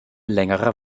längere